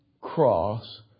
cross